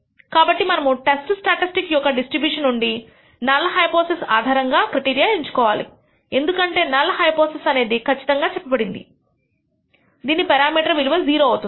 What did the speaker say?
కాబట్టి మనము test statistic యొక్క డిస్ట్రిబ్యూషన్ నుండి నల్ హైపోథిసిస్ ఆధారంగా క్రైటీరియా ఎంచుకోవాలి ఎందుకంటే నల్ హైపోథిసిస్ అనేది కచ్చితంగా చెప్పబడింది దీని పేరామీటర్ విలువ 0 అవుతుంది